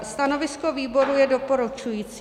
Stanovisko výboru je doporučující.